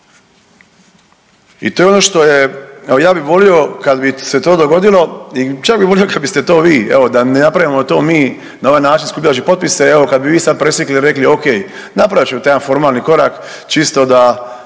I to je ono što je, evo ja bi volio kad bi se to dogodilo i čak bi volio kad biste to vi, evo da ne napravimo to mi na ovaj način skupljajući potpise evo kad bi vi sad presjekli i rekli, ok, napravit ću taj jedan formalni korak čisto da